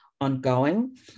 ongoing